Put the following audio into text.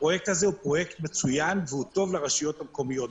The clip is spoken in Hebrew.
הפרויקט הזה הוא פרויקט מצוין והוא טוב לרשויות המקומיות.